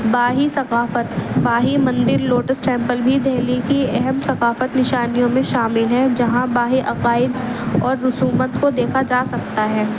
Bahai ثقافت Bahai مندر Lotus Temple بھی دہلی کی اہم ثقافت نشانیوں میں شامل ہیں جہاں باہی عقائد اور رسومات کو دیکھا جا سکتا ہے